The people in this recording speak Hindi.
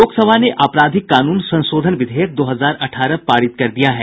लोकसभा ने आपराधिक कानून संशोधन विधेयक दो हजार अठारह पारित कर दिया है